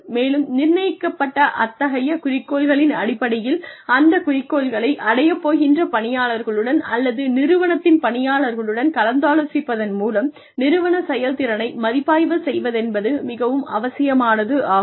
மேலும் நிர்ணயிக்கப்பட்ட அத்தகைய குறிக்கோள்களின் அடிப்படையில் அந்த குறிக்கோள்களை அடையப் போகின்ற பணியாளர்களுடன் அல்லது நிறுவனத்தின் பணியாளர்களுடன் கலந்தாலோசிப்பதன் மூலம் நிறுவன செயல்திறனை மதிப்பாய்வு செய்வதென்பது மிகவும் அவசியமானதாகும்